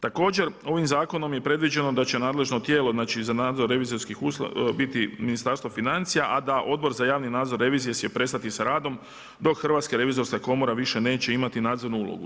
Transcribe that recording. Također ovim zakonom je predviđeno da će nadležno tijelo, znači za nadzor revizorskih usluga biti Ministarstvo financija a da Odbor za javni nadzor, revizije će prestati sa radom dok Hrvatska revizorska komora više neće imati nadzornu ulogu.